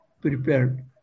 prepared